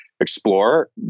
Explore